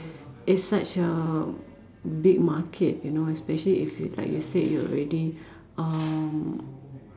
it's such a big market you know especially if you like you said you already um